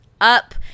up